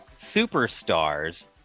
superstars